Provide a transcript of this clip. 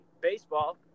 baseball